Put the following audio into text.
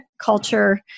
culture